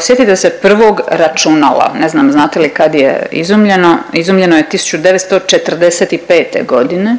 sjetite se prvog računala, ne znam znate li kad izumljeno, izumljeno je 1945. godine